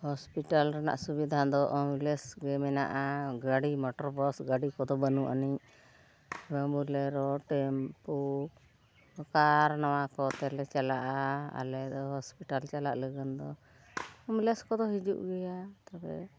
hospital ᱨᱮᱱᱟᱜ ᱥᱩᱵᱤᱫᱷᱟ ᱫᱚ ᱮᱢᱵᱩᱞᱮᱱᱥ ᱜᱮ ᱢᱮᱱᱟᱜᱼᱟ ᱜᱟᱹᱰᱤ ᱢᱚᱴᱚᱨ ᱵᱟᱥ ᱜᱟᱹᱰᱤ ᱠᱚᱫᱚ ᱵᱟᱹᱱᱩᱜ ᱟᱹᱱᱤᱡ ᱵᱚᱞᱮᱨᱳ ᱴᱮᱢᱯᱩ ᱠᱟᱨ ᱱᱚᱣᱟ ᱠᱚᱛᱮᱞᱮ ᱪᱟᱞᱟᱜᱼᱟ ᱟᱞᱮ ᱫᱚ ᱦᱚᱸᱥᱯᱤᱴᱟᱞ ᱪᱟᱞᱟᱜ ᱞᱟᱹᱜᱤᱫ ᱫᱚ ᱮᱢᱵᱩᱞᱮᱱᱥ ᱠᱚᱫᱚ ᱦᱤᱡᱩᱜ ᱜᱮᱭᱟ ᱛᱚᱵᱮ